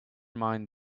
mind